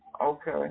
okay